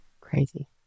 crazy